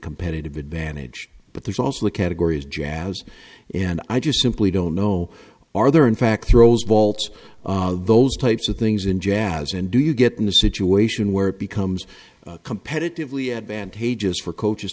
competitive advantage but there's also the category is jazz and i just simply don't know are there in fact throws vaults those types of things in jazz and do you get in the situation where it becomes competitively advantageously for coaches